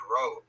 grow